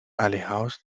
alejaos